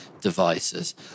devices